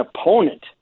opponent